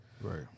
Right